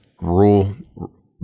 Rule